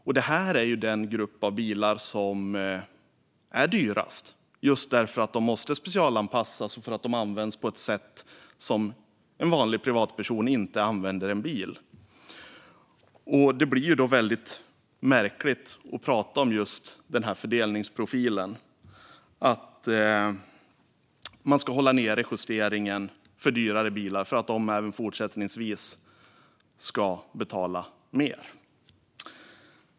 Yrkesfordonen är ju den grupp av bilar som är dyrast, just därför att de måste specialanpassas för att de används på ett sätt som en vanlig privatperson inte använder en bil på. Det blir då väldigt märkligt att prata om just fördelningsprofilen, att man ska hålla nere justeringen för dyrare bilar så att de även fortsättningsvis ska betala mer.